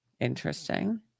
Interesting